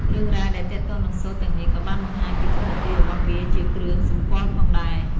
រឿងរ៉ាវដែលទាក់ទងនឹងសូត្រទាំងនេះក៏បានបង្ហាញពីតួនាទីរបស់វាជាគ្រឿងសម្គាល់ផងដែរ។